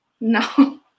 No